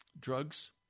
drugs